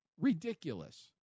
ridiculous